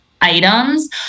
items